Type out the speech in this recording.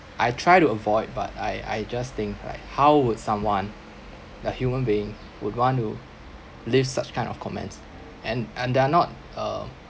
I try to avoid but I I just think like how would someone like human being would want to leave such kind of comments and and they are not uh